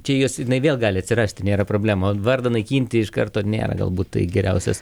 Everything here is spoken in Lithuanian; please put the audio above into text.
čia jos jinai vėl gali atsirasti nėra problema vardo naikinti iš karto nėra gal būt tai geriausias